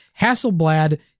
Hasselblad